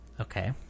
Okay